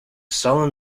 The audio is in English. sullen